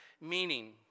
meaning